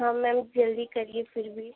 हाँ मैम जल्दी करिए फिर भी